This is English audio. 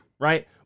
Right